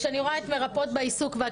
כשאני רואה את המרפאות בעיסוק ואת